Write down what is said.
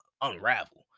unravel